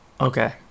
Okay